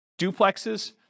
duplexes